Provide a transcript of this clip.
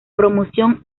promoción